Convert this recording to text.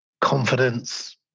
confidence